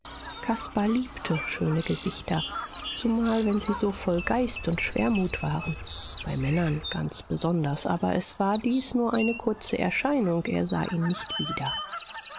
caspar liebte schöne gesichter zumal wenn sie so voll geist und schwermut waren bei männern ganz besonders aber es war dies nur eine kurze erscheinung er sah ihn nicht wieder